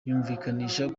yumvikanisha